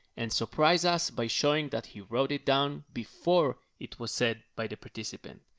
and surprised us, by showing that he wrote it down before it was said by the participant.